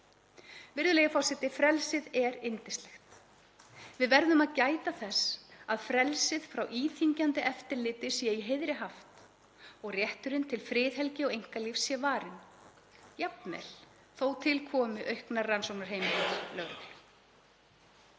er til. Virðulegi forseti. Frelsið er yndislegt. Við verðum að gæta þess að frelsið frá íþyngjandi eftirliti sé í heiðri haft og rétturinn til friðhelgi og einkalífs sé varinn, jafnvel þótt til komi auknar rannsóknarheimildir